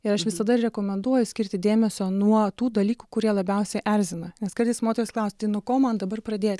ir aš visada rekomenduoju skirti dėmesio nuo tų dalykų kurie labiausiai erzina nes kartais moterys klausia tai nuo ko man dabar pradėt